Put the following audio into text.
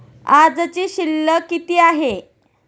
आजची शिल्लक किती आहे?